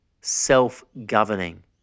self-governing